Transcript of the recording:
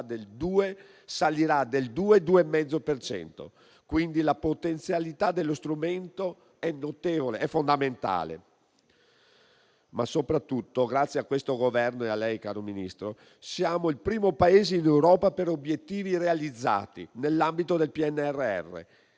del 2-2,5 per cento, quindi la potenzialità dello strumento è fondamentale, ma soprattutto grazie a questo Governo e a lei, Ministro, siamo il primo Paese in Europa per obiettivi realizzati nell'ambito del PNRR.